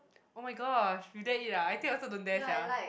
oh-my-gosh you dare eat ah I think I also don't dare sia